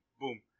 boom